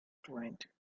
client